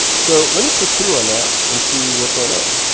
so let me click through on that and see what's going on.